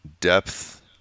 depth